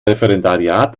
referendariat